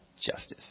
justice